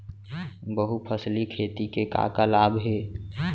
बहुफसली खेती के का का लाभ हे?